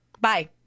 Bye